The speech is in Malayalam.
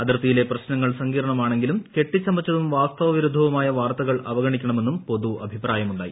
അത്രിർത്തിയിലെ പ്രശ്നങ്ങൾ സങ്കീർണ്ണമാണെങ്കിലും കെട്ടിച്ചമുച്ചതും വാസ്തവവിരുദ്ധവുമായ വാർത്തകൾ അവഗണിക്കണ്ട്മെന്നും പൊതു അഭിപ്രായമുണ്ടായി